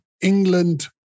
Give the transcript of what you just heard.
England